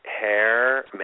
hair